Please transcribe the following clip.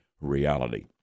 reality